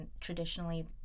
traditionally